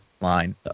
line